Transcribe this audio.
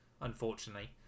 unfortunately